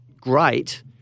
great